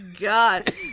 god